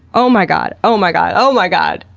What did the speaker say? oh my god, oh my god, oh my god!